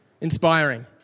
Inspiring